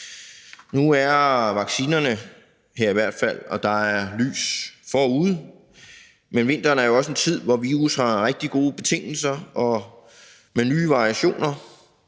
Nu er vaccinerne her i hvert fald, og der er lys forude, men vinteren er jo også en tid, hvor virus har rigtig gode betingelser, og med nye variationer